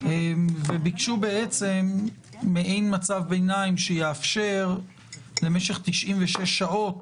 וביקשו מעין מצב ביניים שיאפשר למשך 96 שעות